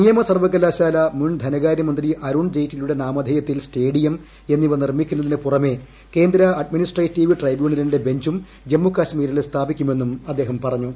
നിയമസർവ്വകലാശാല മുൻധനകാര്യമന്ത്രി അരുൺ ജെയ്റ്റ്ലിയുടെ നാമധേയത്തിൽ സ്റ്റേഡിയം എന്നിവ നിർമ്മിക്കുന്നതിന് പുറമെ കേന്ദ്ര അഡ്മിനിസ്ട്രേറ്റീവ് ട്രൈബ്യൂണലിന്റെ ബഞ്ചും ജമ്മു കാശ്മീരിൽ സ്ഥാപിക്കുമെന്നും അദ്ദേഹം പറഞ്ഞു